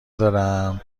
دارم